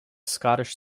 scottish